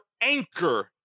anchor